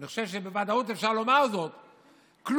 אני חושב שאפשר לומר זאת בוודאות,